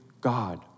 God